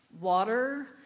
water